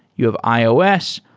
you have ios,